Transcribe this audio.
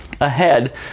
ahead